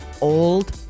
old